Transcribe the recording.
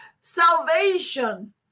salvation